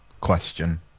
question